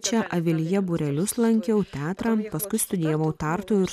čia avilyje būrelius lankiau teatrą paskui studijavau tartu ir